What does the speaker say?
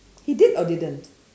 he did or didn't